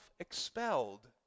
expelled